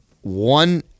One